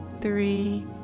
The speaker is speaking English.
three